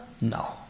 No